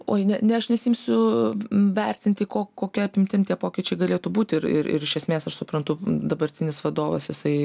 oi ne ne aš nesiimsiu vertinti ko kokia apimtim tie pokyčiai galėtų būti ir ir ir iš esmės aš suprantu dabartinis vadovas jisai